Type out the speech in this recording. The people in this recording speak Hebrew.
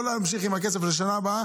לא להמשיך עם הכסף לשנה הבאה,